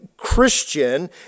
Christian